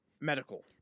medical